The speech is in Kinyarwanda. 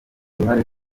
uruhare